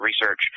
research